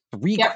three